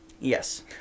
Yes